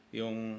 yung